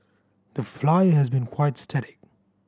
the Flyer has been quite static